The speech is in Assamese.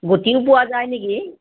গুটি পোৱা যায় নেকি